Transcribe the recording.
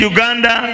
Uganda